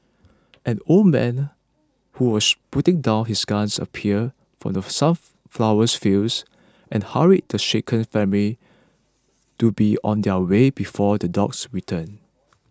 an old man who was putting down his guns appeared from the sunflower fields and hurried the shaken family to be on their way before the dogs return